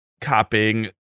copying